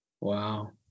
wow